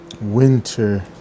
winter